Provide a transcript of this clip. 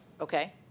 Okay